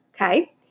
Okay